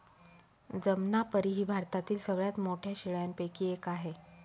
जमनापरी ही भारतातील सगळ्यात मोठ्या शेळ्यांपैकी एक आहे